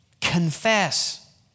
confess